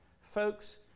folks